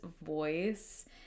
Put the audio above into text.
voice